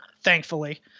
thankfully